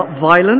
violent